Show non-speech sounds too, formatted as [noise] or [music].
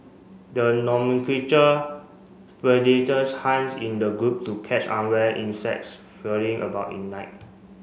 the [unintelligible] predators hunts in the group to catch unaware insects filling about in night